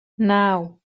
naw